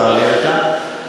צר לי על כך.